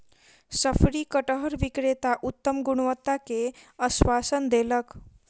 शफरी कटहर विक्रेता उत्तम गुणवत्ता के आश्वासन देलक